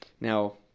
Now